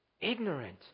ignorant